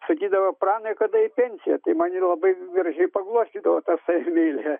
sakydavo pranai kada į pensiją tai mane labai gražiai paglostydavo tą savimeilę